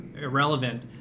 irrelevant